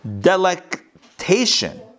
delectation